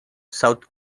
south